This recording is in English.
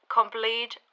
complete